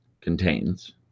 contains